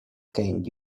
can